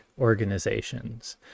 organizations